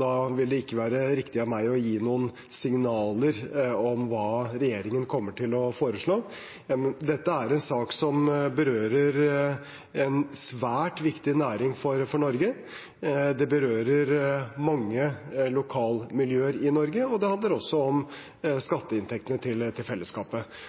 Da vil det ikke være riktig av meg å gi noen signaler om hva regjeringen kommer til å foreslå. Dette er en sak som berører en svært viktig næring for Norge. Det berører mange lokalmiljøer i Norge, og det handler også om skatteinntektene til fellesskapet.